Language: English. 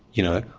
you know?